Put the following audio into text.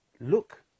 look